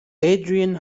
adrian